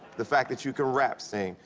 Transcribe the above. the fact that you can rap-sing,